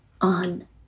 on